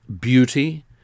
beauty